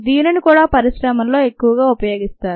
దీనిని కూడా పరిశ్రమల్లో ఎక్కువగా ఉపయోగిస్తారు